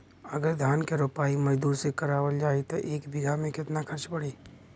अगर धान क रोपाई मजदूर से करावल जाई त एक बिघा में कितना खर्च पड़ी?